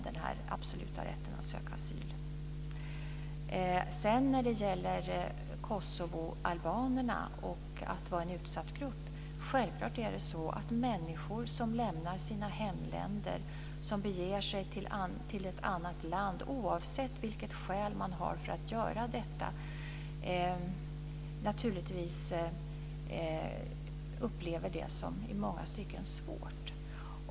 Beträffande kosovoalbanerna och att de är en utsatt grupp så är det självklart på det sättet att människor som lämnar sina hemländer och som beger sig till ett annat land, oavsett vilket skäl de har för att göra detta, naturligtvis upplever det som i många stycken svårt.